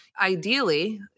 ideally